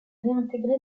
réintégré